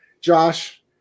Josh